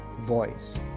voice